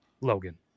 Logan